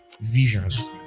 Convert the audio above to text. visions